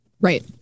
right